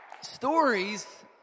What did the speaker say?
Stories